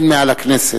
אין מעל הכנסת,